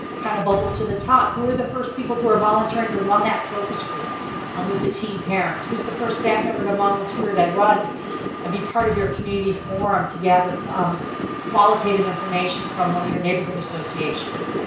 kind of bubbles to the top. who are the first people who are volunteering to run that focus group um with the teen parents? who's the first staff member to volunteer to run and ah be part of your community forum to gather qualitative information from one of your neighborhood associations?